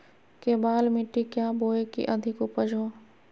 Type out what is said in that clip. केबाल मिट्टी क्या बोए की अधिक उपज हो?